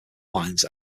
lines